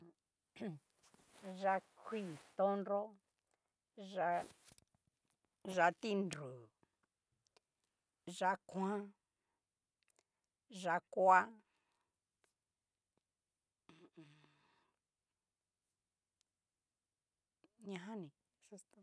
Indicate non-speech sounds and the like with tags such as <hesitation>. <hesitation> yá'a kuii tón'nro, yá'a tiru, yá'a kuan, yá'a koa, hu u un. ñajan ni.